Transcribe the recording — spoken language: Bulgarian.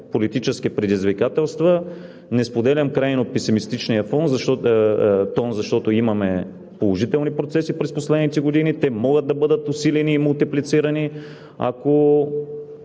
обществено-политически предизвикателства. Не споделям крайно песимистичния тон, защото имаме положителни процеси през последните години. Те могат да бъдат усилени и мултиплицирани,